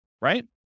right